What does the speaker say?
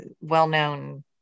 well-known